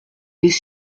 des